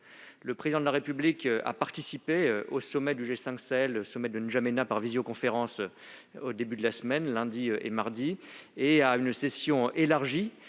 Le Président de la République a participé au sommet du G5 Sahel, ou sommet de N'Djamena, par visioconférence, au début de cette semaine, lundi et mardi. Il a également pris